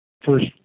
First